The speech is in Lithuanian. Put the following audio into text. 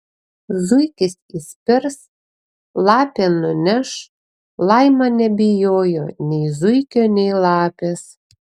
zuikis įspirs lapė nuneš laima nebijojo nei zuikio nei lapės